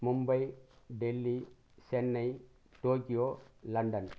Mumbai Delhi Chennai Tokyo London